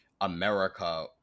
America